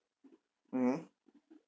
mmhmm